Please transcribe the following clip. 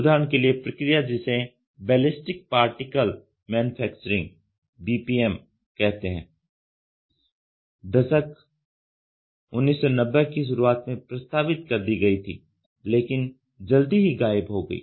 उदाहरण के लिए प्रक्रिया जिसे बैलिस्टिक पार्टिकल मैन्युफैक्चरिंग कहते है दशक 1990 की शुरुआत में प्रस्तावित कर दी गई थी लेकिन जल्दी ही गायब हो गई